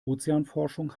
ozeanforschung